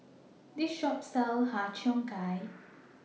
This Shop sells Har Cheong Gai